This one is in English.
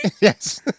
Yes